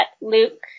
Luke